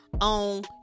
on